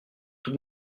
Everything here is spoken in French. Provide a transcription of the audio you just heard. tous